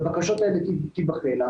הבקשות האלה תיבחנה,